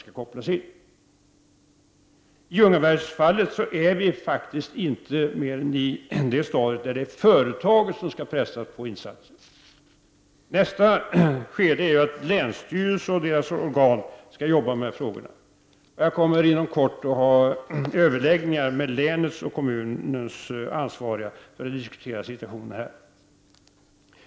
I Ljungaverksfallet har vi faktiskt inte kommit längre än till att företaget skall pressas till att göra insatser. Nästa skede är att länsstyrelsen och dess organ skall arbeta med dessa frågor. Jag kommer inom kort att föra diskussioner med länets och kommunens ansvariga för att diskutera situationen.